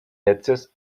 netzes